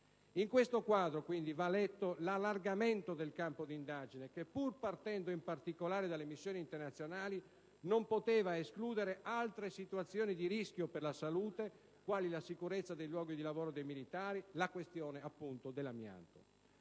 In questo quadro quindi va letto l'allargamento del campo d'indagine, che pur partendo in particolare dalle missioni internazionali, non poteva escludere altre situazioni di rischio per la salute, quali la sicurezza dei luoghi di lavoro dei militari, la questione appunto dell'amianto.